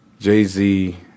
Jay-Z